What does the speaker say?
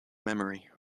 memory